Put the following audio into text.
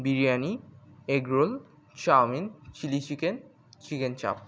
biryani egg roll chowmein chilli chicken chicken চাপ